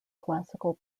classical